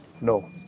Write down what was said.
no